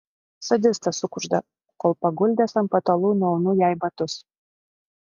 sadistas sukužda kol paguldęs ant patalų nuaunu jai batus